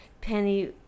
Penny